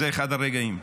זה אחד הרגעים.